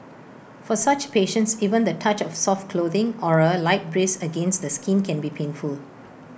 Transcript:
for such patients even the touch of soft clothing or A light breeze against the skin can be painful